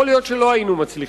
יכול להיות שלא היינו מצליחים.